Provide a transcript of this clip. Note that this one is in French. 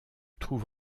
trouve